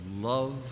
love